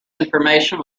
information